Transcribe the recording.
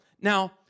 Now